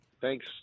Thanks